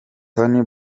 toni